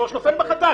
שלוש ואז נופל מחדש,